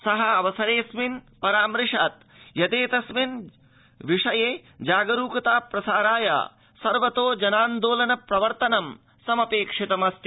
सः अवसरेऽस्मिन् परामृशत् यदेतस्मिन् जागरूकता प्रसाराय सर्वतो जनान्दोलन प्रवर्तन समपेक्षितमस्ति